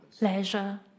leisure